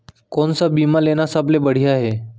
कोन स बीमा लेना सबले बढ़िया हे?